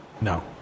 No